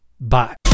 Bye